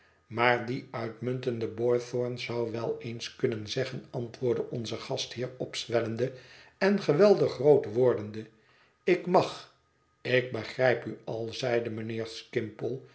maar die uitmuntende boythorn zou wel eens kunnen zeggen antwoordde onze gastheer opzwellende en geweldig rood wordende ik mag ik begrijp u al zeide mijnheer